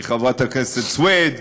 מחברת הכנסת סויד.